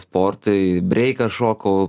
sportai breiką šokau